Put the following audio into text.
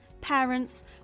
parents